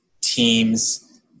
teams